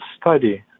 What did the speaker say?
study